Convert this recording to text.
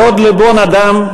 בעוד לבו נדם,